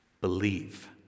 Believe